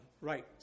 Right